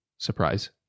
surprise